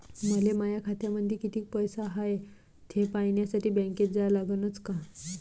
मले माया खात्यामंदी कितीक पैसा हाय थे पायन्यासाठी बँकेत जा लागनच का?